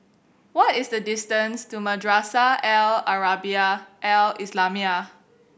what is the distance to Madrasah Al Arabiah Al Islamiah